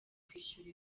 kwishyura